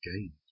game